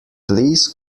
please